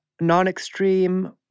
non-extreme